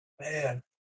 Man